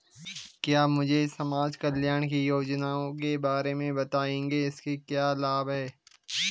क्या मुझे समाज कल्याण की योजनाओं के बारे में बताएँगे इसके क्या लाभ हैं?